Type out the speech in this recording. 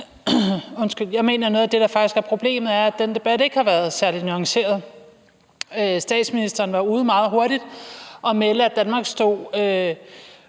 ind, for jeg mener, at noget af det, der faktisk er problemet, er, at den debat ikke har været særlig nuanceret. Statsministeren var ude meget hurtigt og melde, at Danmark uden